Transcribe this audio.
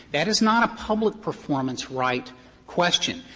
that is not a public performance right question.